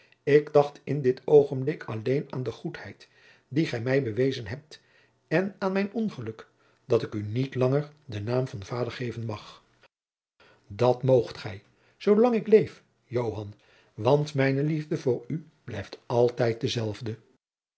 ik dacht in dit oogenblik alleen aan de goedheid die gij mij bewezen hebt en aan mijn ongeluk dat ik u niet langer den naam van vader geven mag dat moogt gij zoo lang ik leef joan want mijne liefde voor u blijft altijd dezelfde